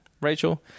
Rachel